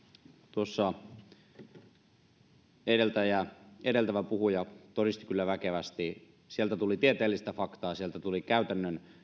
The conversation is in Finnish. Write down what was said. tuossa edeltävä puhuja todisti kyllä väkevästi sieltä tuli tieteellistä faktaa sieltä tuli käytännön